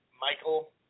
Michael